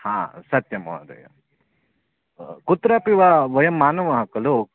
हा सत्यं महोदय कुत्रापि वा वयं मानवाः खलु